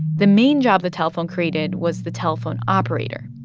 the main job the telephone created was the telephone operator.